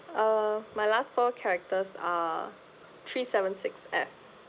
uh my last four characters are three seven six F